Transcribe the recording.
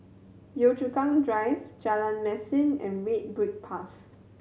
Yio Chu Kang Drive Jalan Mesin and Red Brick Path